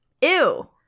ew